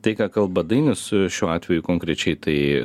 tai ką kalba dainius šiuo atveju konkrečiai tai